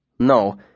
No